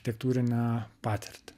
tektūrinę patirtį